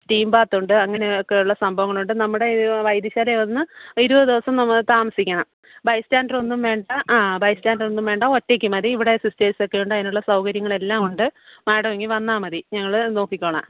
steam ബാത്തുണ്ട് അങ്ങനെയൊക്കെയുള്ള സംഭവങ്ങളുണ്ട് നമ്മുടെ വൈദ്യശാലയിൽ വന്ന് ഇരുപത് ദിവസം നിങ്ങള് താമസിക്കണം ബൈസ്റ്റാൻഡർ ഒന്നും വേണ്ട ആ ബൈസ്റ്റാൻഡർ ഒന്നും വേണ്ട ഒറ്റയ്ക്ക് മതി ഇവിടെ സിസ്റ്റേഴ്സൊക്കെ ഉണ്ട് അതിനുള്ള സൗകര്യങ്ങളെല്ലാം ഉണ്ട് മേടം ഇങ്ങ് വന്നാൽ മതി ഞങ്ങള് നോക്കിക്കൊള്ളാം